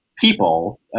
people